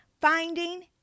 finding